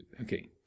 Okay